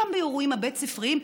גם באירועים הבית-ספריים,